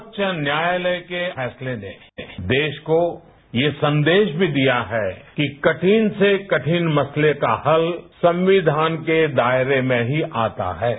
सर्वोच्च न्यायालय के फैसले ने देश को यह संदेश भी दिया है कि कठिन से कठिन मसले का हल संविधान के दायरे में ही आता है